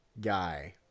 guy